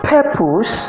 purpose